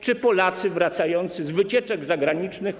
czy Polacy wracający z wycieczek zagranicznych.